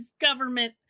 government